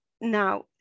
Now